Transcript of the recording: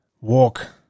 walk